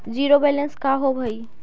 Zero balance का होव हइ?